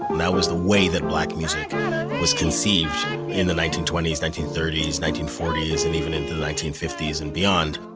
that was the way that black music was conceived in the nineteen twenty s, nineteen thirty s, nineteen forty s, and even in the nineteen fifty s and beyond